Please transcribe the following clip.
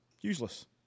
Useless